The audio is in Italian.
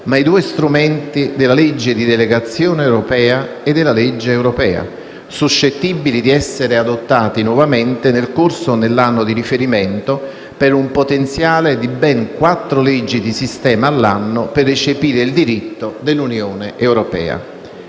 ma i due strumenti della legge di delegazione europea e della legge europea, suscettibili di essere adottate nuovamente nel corso dell'anno di riferimento, per un potenziale di ben quattro leggi di sistema all'anno per recepire il diritto dell'Unione europea.